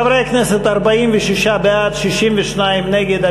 חברי הכנסת, 46 בעד, 62 נגד.